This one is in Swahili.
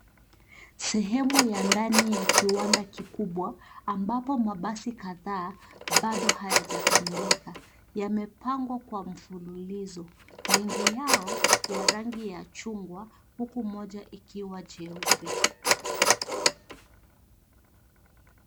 Sehemu ya ndani ya kiwanda kikubwa ambapo mabasi kadhaa bado hayajakamilika yamepangwa kwa mfululizo mengi yao ya rangi ya chungwa huku moja ikiwa jeupe.